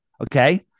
Okay